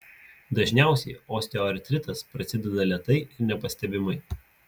dažniausiai osteoartritas prasideda lėtai ir nepastebimai